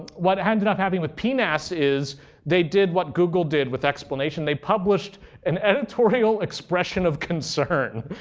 what ended up happening with pnas is they did what google did with explanation. they published an editorial expression of concern.